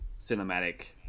cinematic